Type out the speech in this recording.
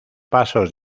pasos